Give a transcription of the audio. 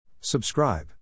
Subscribe